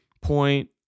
point